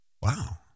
Wow